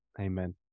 Amen